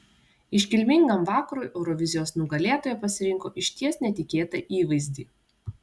iškilmingam vakarui eurovizijos nugalėtoja pasirinko išties netikėtą įvaizdį